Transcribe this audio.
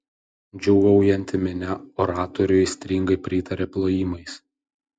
džiūgaujanti minia oratoriui aistringai pritarė plojimais